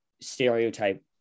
stereotype